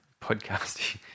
Podcasting